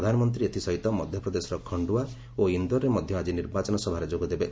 ପ୍ରଧାନମନ୍ତ୍ରୀ ଏଥି ସହିତ ମଧ୍ୟପ୍ରଦେଶର ଖଣ୍ଡୁଆ ଓ ଇନ୍ଦୋରରେ ମଧ୍ୟ ଆଜି ନିର୍ବାଚନ ସଭାରେ ଯୋଗଦେବେ